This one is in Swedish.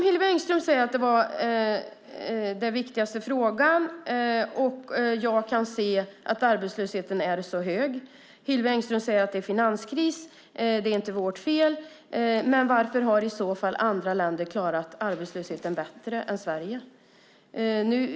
Hillevi Engström säger att det här är den viktigaste frågan, och jag kan se att arbetslösheten är så hög. Hillevi Engström säger: Det är finanskris och det är inte vårt fel. Men varför har i så fall andra länder klarat arbetslösheten bättre än Sverige?